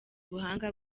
ubuhanga